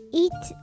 eat